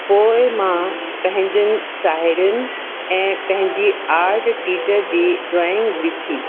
पोइ मां पंहिंजनि साहेड़ियुनि ऐं पंहिंजी आर्ट टीचर जी ड्रॉइंग ॾिठी